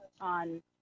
on